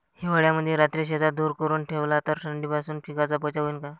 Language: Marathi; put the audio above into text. हिवाळ्यामंदी रात्री शेतात धुर करून ठेवला तर थंडीपासून पिकाचा बचाव होईन का?